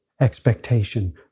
expectation